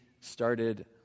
started